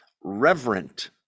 reverent